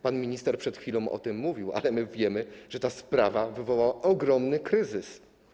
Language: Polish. Pan minister przed chwilą o tym mówił, ale my wiemy, że ta sprawa wywołała ogromny kryzys.